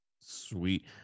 Sweet